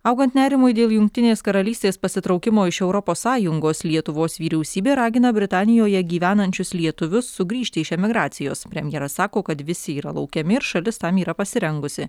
augant nerimui dėl jungtinės karalystės pasitraukimo iš europos sąjungos lietuvos vyriausybė ragina britanijoje gyvenančius lietuvius sugrįžti iš emigracijos premjeras sako kad visi yra laukiami ir šalis tam yra pasirengusi